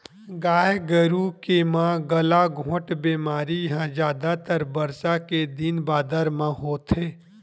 गाय गरु के म गलाघोंट बेमारी ह जादातर बरसा के दिन बादर म होथे